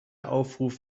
aufruf